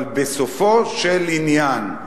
אבל בסופו של עניין,